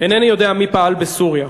אינני יודע מי פעל בסוריה.